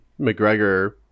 McGregor